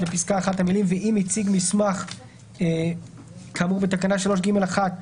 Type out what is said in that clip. בפסקה (1) המילים "ואם הציג מסמך כאמור בתקנה 3(ג)(1)